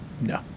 No